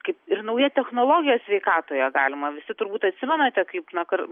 kaip ir nauja technologija sveikatoje galima visi turbūt atsimenate kaip kar